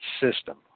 system